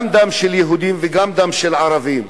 גם דם של יהודים וגם דם של ערבים,